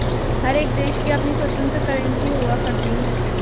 हर एक देश की अपनी स्वतन्त्र करेंसी हुआ करती है